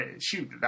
shoot